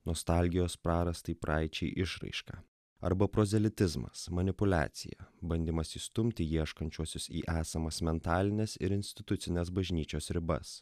nostalgijos prarastai praeičiai išraiška arba prozelitizmas manipuliacija bandymas įstumti ieškančiuosius į esamas mentalines ir institucines bažnyčios ribas